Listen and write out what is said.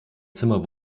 zimmer